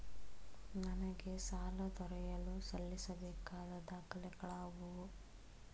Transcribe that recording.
ನನಗೆ ಸಾಲ ದೊರೆಯಲು ಸಲ್ಲಿಸಬೇಕಾದ ದಾಖಲೆಗಳಾವವು?